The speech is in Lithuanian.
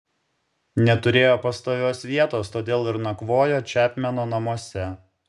neturėjo pastovios vietos todėl ir nakvojo čepmeno namuose